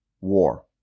war